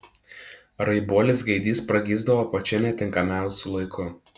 raibuolis gaidys pragysdavo pačiu netinkamiausiu laiku